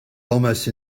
almost